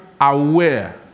aware